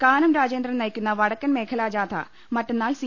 കാനം രാജേന്ദ്രൻ നയിക്കുന്ന വടക്കൻമേഖലാ ജാഥ മറ്റന്നാൾ സി